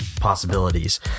possibilities